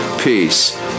peace